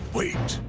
wait!